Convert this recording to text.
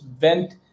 went